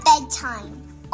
bedtime